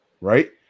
Right